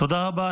תודה רבה.